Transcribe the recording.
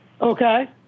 Okay